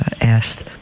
asked